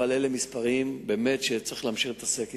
אבל אלה מספרים שצריך להמשיך להתעסק אתם.